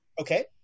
Okay